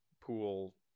pool